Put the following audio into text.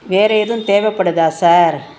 வேறு எதுவும் தேவைப்படுதா சார்